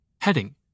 Heading